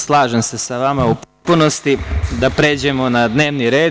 Slažem se sa vama u potpunosti da pređemo na dnevni red.